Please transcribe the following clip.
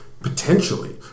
potentially